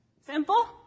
Simple